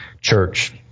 church